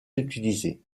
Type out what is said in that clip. utilisée